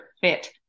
fit